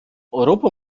europa